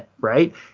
right